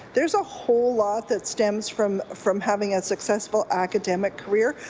there's a whole lot that stems from from having a successful academic career.